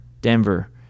Denver